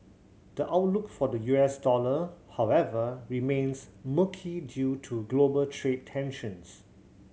the outlook for the U S dollar however remains murky due to global trade tensions